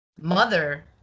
mother